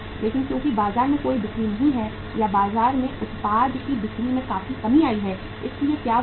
लेकिन क्योंकि बाजार में कोई बिक्री नहीं है या बाजार में उत्पाद की बिक्री में काफी कमी आई है इसलिए क्या हुआ